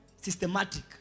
systematic